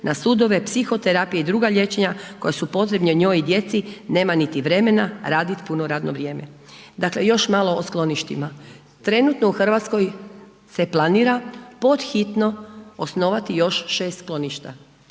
na sudove psihoterapije i druga liječenja koja su potrebna njoj i djeci, nema niti vremena radit puno radno vrijeme. Dakle još malo o skloništima. Trenutno u Hrvatskoj se planira pod hitno osnovati još 6 skloništa.